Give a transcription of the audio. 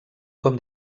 com